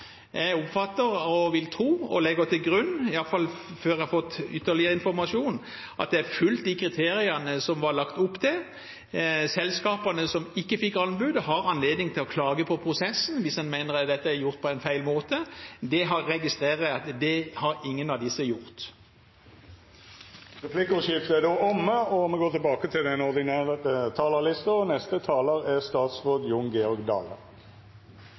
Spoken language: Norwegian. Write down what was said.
Jeg oppfatter, vil tro og legger til grunn – i hvert fall før jeg har fått ytterligere informasjon – at man har fulgt de kriteriene det var lagt opp til. Selskapene som ikke fikk anbudet, har anledning til å klage på prosessen hvis de mener dette er gjort på feil måte. Det registrerer jeg at ingen av disse har gjort. Replikkordskiftet er omme. 2019 vert nok eit viktig år i norsk transportsektor. Grunnen til det er